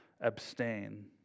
abstain